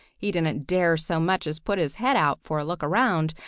he didn't dare so much as put his head out for a look around,